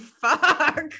fuck